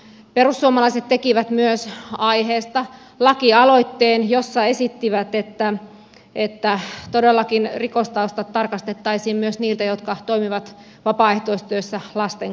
perussuomalaiset tekivät myös aiheesta lakialoitteen jossa esittivät että todellakin rikostaustat tarkastettaisiin myös heiltä jotka toimivat vapaaehtoistyössä lasten kanssa